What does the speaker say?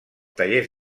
tallers